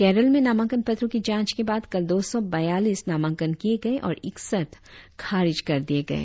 केरल में नामांकन पत्रो की जांच के बाद कल दो सौ बयालीस नामाकंन किए गए और इकसठ खारिज कर दिए गए